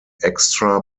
extra